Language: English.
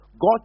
God